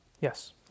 Yes